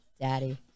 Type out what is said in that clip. Daddy